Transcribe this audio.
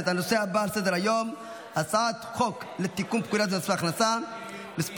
אני קובע כי חוק לתיקון פקודת בתי הסוהר (תיקון מס'